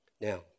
Now